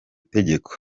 tegeko